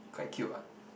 quite cute what